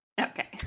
Okay